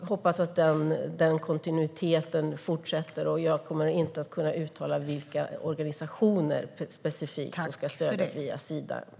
hoppas att denna kontinuitet fortsätter. Jag kommer inte att kunna uttala specifikt vilka organisationer som ska stödjas via Sida.